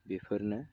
बेफोरनो